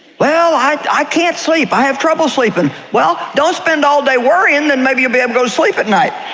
well, i can't sleep, i have trouble sleeping, well, don't spend all day worrying, then maybe you'll be able to go to sleep at night.